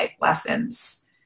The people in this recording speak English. lessons